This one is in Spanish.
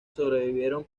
sobrevivieron